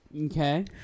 Okay